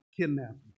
kidnapping